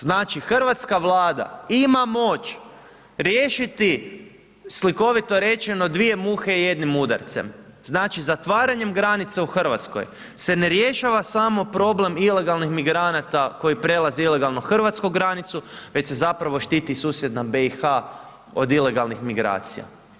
Znači hrvatska Vlada ima moć riješiti slikovito rečeno, dvije muhe jednim udarcem, znači zatvaranjem granica u Hrvatskoj se ne rješava samo problem ilegalnih migranata koji prelaze ilegalno hrvatsku granicu već se zapravo štiti susjedna BiH od ilegalnih migracija.